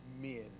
men